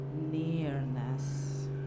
nearness